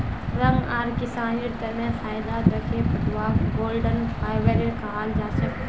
रंग आर किसानेर तने फायदा दखे पटवाक गोल्डन फाइवर कहाल जाछेक